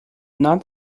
not